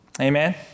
Amen